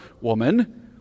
woman